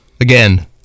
again